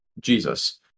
Jesus